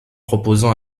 proposant